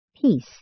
peace